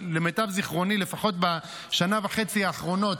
למיטב זכרוני, לפחות בשנה וחצי האחרונות,